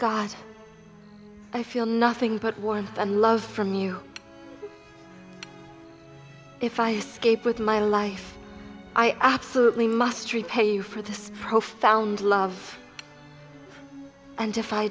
god i feel nothing but one and love from you if i escape with my life i absolutely must repay you for this profound love and if i